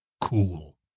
cool